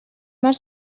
mar